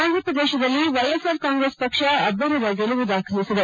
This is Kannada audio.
ಆಂಧ್ರಪ್ರದೇಶದಲ್ಲಿ ವೈಎಸ್ಅರ್ ಕಾಂಗ್ರೆಸ್ ಪಕ್ಷ ಅಬ್ಜರದ ಗೆಲುವು ದಾಖಲಿಸಿದೆ